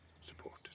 support